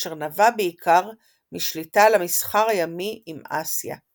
אשר נבע בעיקר משליטה על המסחר הימי עם אסיה.